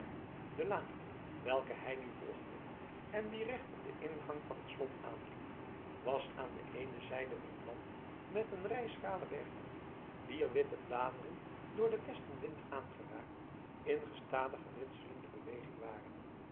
de laan welke hij nu volgde en die recht op den ingang van het slot aanliep was aan de eene zijde beplant met een rij schrale berken wier witte bladeren door den westenwind aangeraakt in gestadige ritselende beweging waren